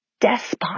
despot